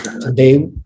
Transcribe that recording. today